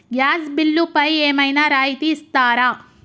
Gas బిల్లుపై ఏమైనా రాయితీ ఇస్తారా?